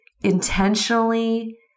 Intentionally